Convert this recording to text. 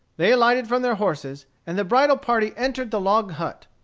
they alighted from their horses, and the bridal party entered the log hut.